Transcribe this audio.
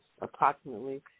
approximately